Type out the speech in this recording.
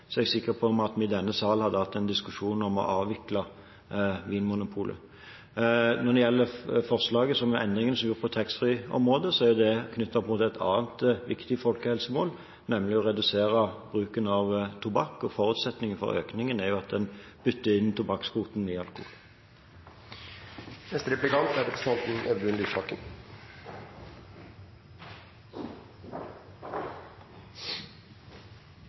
er jeg sikker på at vi i denne sal hadde hatt en diskusjon om å avvikle Vinmonopolet. Når det gjelder forslaget om endringen som er gjort på taxfree-området, er det knyttet opp mot et annet viktig folkehelsemål, nemlig å redusere bruken av tobakk, og forutsetningen for økningen er at en bytter inn tobakkskvoten i alkohol. Jeg er